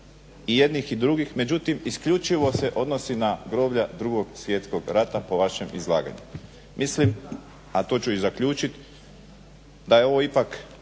i jednih i drugih, međutim isključivo se odnosi na groblja Drugog svjetskog rata po vašem izlaganju. Mislim a to ću i zaključit da je ovo ipak